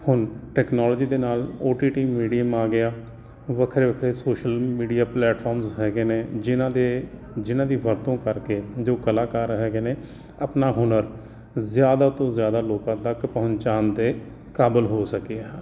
ਹੁਣ ਟੈਕਨੋਲੋਜੀ ਦੇ ਨਾਲ ਓ ਟੀ ਟੀ ਮੀਡੀਅਮ ਆ ਗਿਆ ਵੱਖਰੇ ਵੱਖਰੇ ਸੋਸ਼ਲ ਮੀਡੀਆ ਪਲੇਟਫਾਰਮਸ ਹੈਗੇ ਨੇ ਜਿਹਨਾਂ ਦੇ ਜਿਹਨਾਂ ਦੀ ਵਰਤੋਂ ਕਰਕੇ ਜੋ ਕਲਾਕਾਰ ਹੈਗੇ ਨੇ ਆਪਣਾ ਹੁਨਰ ਜ਼ਿਆਦਾ ਤੋਂ ਜ਼ਿਆਦਾ ਲੋਕਾਂ ਤੱਕ ਪਹੁੰਚਾਉਣ ਦੇ ਕਾਬਲ ਹੋ ਸਕੇ